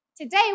Today